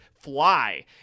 Fly